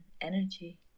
energy